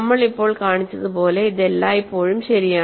നമ്മൾ ഇപ്പോൾ കാണിച്ചതുപോലെ ഇത് എല്ലായ്പ്പോഴും ശരിയാണ്